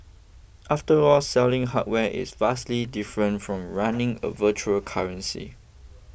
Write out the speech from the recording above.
after all selling hardware is vastly different from running a virtual currency